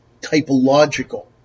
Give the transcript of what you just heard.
typological